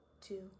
two